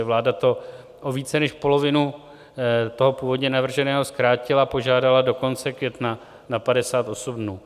Vláda to o více než polovinu toho původně navrženého zkrátila, požádala do konce května, na 58 dnů.